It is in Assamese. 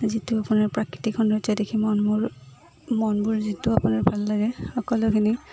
যিটো আপোনাৰ প্ৰাকৃতিক সৌন্দৰ্য দেখি মন মোৰ মনবোৰ যিটো আপোনাৰ ভাল লাগে সকলোখিনি